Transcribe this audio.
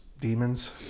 demons